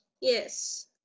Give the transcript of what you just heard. Yes